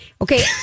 Okay